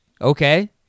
Okay